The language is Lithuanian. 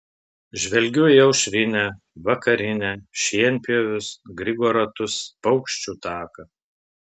žvelgiu į aušrinę vakarinę šienpjovius grigo ratus paukščių taką